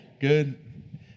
Good